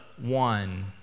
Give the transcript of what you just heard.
one